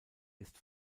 ist